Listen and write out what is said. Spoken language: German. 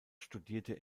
studierte